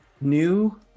new